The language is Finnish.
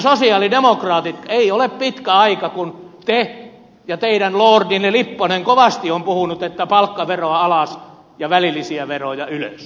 sosialidemokraatit ei ole pitkä aika siitä kun te ja teidän lordinne lipponen kovasti olette puhuneet että palkkaveroa alas ja välillisiä veroja ylös